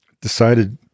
decided